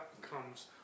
comes